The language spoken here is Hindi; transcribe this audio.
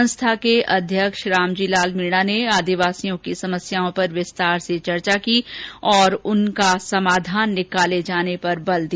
संस्था के अध्यक्ष रामजीलाल मीणा ने आदिवासियों की समस्याओं पर विस्तार से चर्चा की और उनका समाधान निकालने पर बल दिया